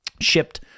shipped